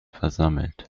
versammelt